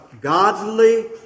godly